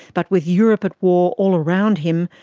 but with europe at war all around him,